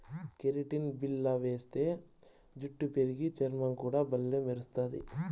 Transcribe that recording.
keratin బిల్ల వేస్తే జుట్టు పెరిగి, చర్మం కూడా బల్లే మెరస్తది